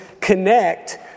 connect